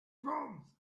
proms